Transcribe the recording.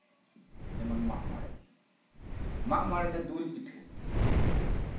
ᱡᱮᱢᱚᱱ ᱢᱟᱜᱽᱢᱚᱲᱮ ᱢᱟᱜᱽᱢᱚᱲᱮ ᱫᱚ ᱫᱩᱞ ᱯᱤᱴᱷᱟᱹ